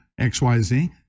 XYZ